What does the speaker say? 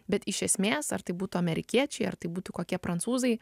bet iš esmės ar tai būtų amerikiečiai ar tai būtų kokie prancūzai